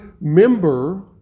member